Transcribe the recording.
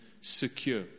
secure